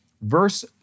verse